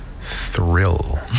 thrill